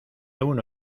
uno